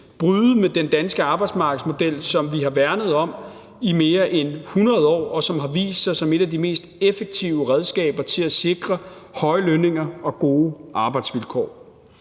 bryde med den danske arbejdsmarkedsmodel, som vi har værnet om i mere end 100 år, og som har vist sig som et af de mest effektive redskaber til at sikre høje lønninger og gode arbejdsvilkår.